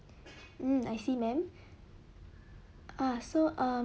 mm I see ma'am uh so ah